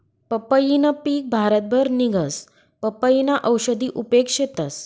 पंपईनं पिक भारतभर निंघस, पपयीना औषधी उपेग शेतस